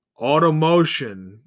Automotion